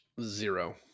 Zero